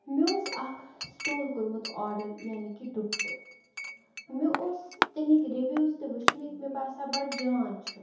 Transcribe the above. مےٚ اوس اَکھ سِٹول کورمُت آڈر یعنی کہِ دُپٹہٕ مےٚ اوس تَمِکۍ رِوِوٕز تہِ وٕچھمٕتۍ مےٚ باسیوو بَڑٕ جان چھُ